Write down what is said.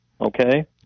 Okay